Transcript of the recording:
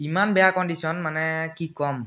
ইমান বেয়া কণ্ডিশ্যন মানে কি ক'ম